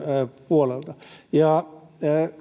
puolelta